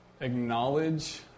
acknowledge